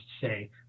say